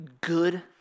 good